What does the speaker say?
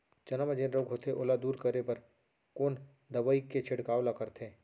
चना म जेन रोग होथे ओला दूर करे बर कोन दवई के छिड़काव ल करथे?